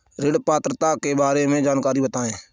ऋण पात्रता के बारे में जानकारी बताएँ?